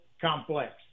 complex